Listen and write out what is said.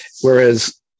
Whereas